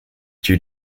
due